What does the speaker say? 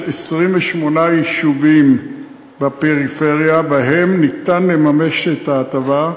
28 יישובים בפריפריה שבהם ניתן לממש את ההטבה.